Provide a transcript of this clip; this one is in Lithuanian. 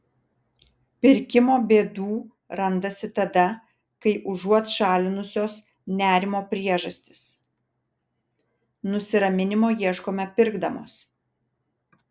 pirkimo bėdų randasi tada kai užuot šalinusios nerimo priežastis nusiraminimo ieškome pirkdamos